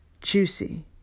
juicy